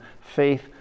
faith